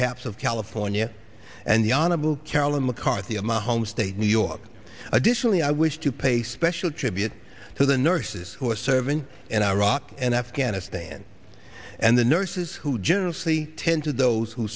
capps of california and the animal carolyn mccarthy of my home state new york additionally i wish to pay special tribute to the nurses who are serving in iraq and afghanistan and the nurses who generously tend to those who